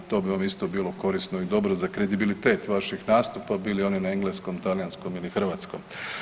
To bi vam isto bilo korisno i dobro za kredibilitet vašeg nastupa bili oni na engleskom, talijanskom ili hrvatskom.